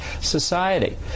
society